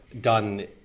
done